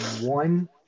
One